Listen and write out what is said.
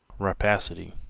rapacity,